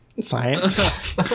science